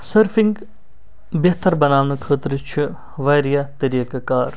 surfing بہتر بناونہٕ خٲطرٕ چھِ واریاہ طریٖقہ کار